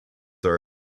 are